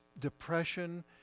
depression